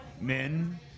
Men